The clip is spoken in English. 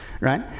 Right